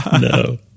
No